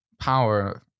power